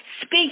Speak